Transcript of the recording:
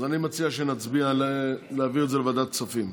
אז אני מציע שנצביע להעביר את זה לוועדת כספים,